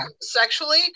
sexually